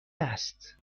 است